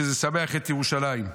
שזה לשמח את ירושלים.